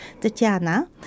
Tatiana